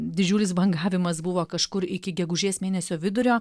didžiulis bangavimas buvo kažkur iki gegužės mėnesio vidurio